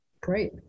Great